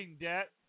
debt